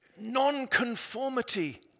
non-conformity